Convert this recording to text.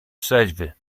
trzeźwy